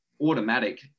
automatic